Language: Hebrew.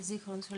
של זיכרון יעקב,